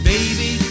Baby